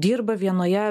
dirba vienoje